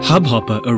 Hubhopper